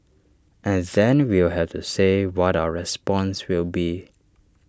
and then we'll have to say what our response will be